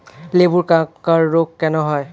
লেবুর ক্যাংকার রোগ কেন হয়?